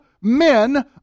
men